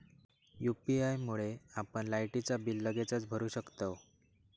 UPI मुळे आपण लायटीचा बिल लगेचच भरू शकतंव